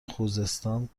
خوزستان